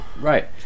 Right